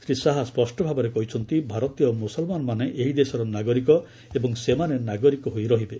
ଶ୍ରୀ ଶାହା ସ୍ୱଷ୍ଟ ଭାବରେ କହିଛନ୍ତି ଭାରତୀୟ ମୁସଲମାନମାନେ ଏହି ଦେଶର ନାଗରିକ ଏବଂ ସେମାନେ ନାଗରିକ ହୋଇରହିବେ